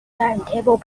timetable